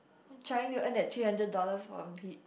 trying to earn that three hundred dollars for a